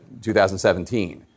2017